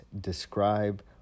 describe